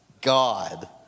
God